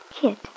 Kit